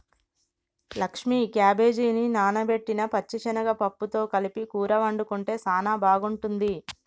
లక్ష్మీ క్యాబేజిని నానబెట్టిన పచ్చిశనగ పప్పుతో కలిపి కూర వండుకుంటే సానా బాగుంటుంది